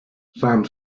some